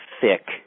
thick